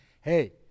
hey